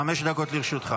חמש דקות לרשותך.